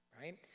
right